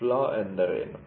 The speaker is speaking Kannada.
ಫ್ಲಾ ಎಂದರೆ ಏನು